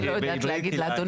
אני לא יודעת להגיד לאדוני.